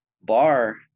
bar